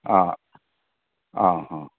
आं आं हां